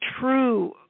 true